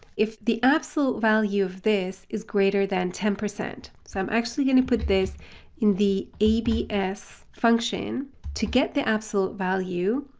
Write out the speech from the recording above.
if the absolute value of this is greater than ten, so i'm actually going to put this in the abs function to get the absolute value,